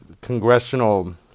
congressional